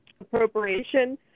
appropriation